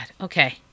okay